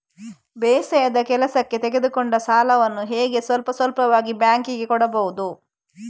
ಬೇಸಾಯದ ಕೆಲಸಕ್ಕೆ ತೆಗೆದುಕೊಂಡ ಸಾಲವನ್ನು ಹೇಗೆ ಸ್ವಲ್ಪ ಸ್ವಲ್ಪವಾಗಿ ಬ್ಯಾಂಕ್ ಗೆ ಕೊಡಬಹುದು?